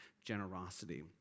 generosity